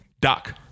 Doc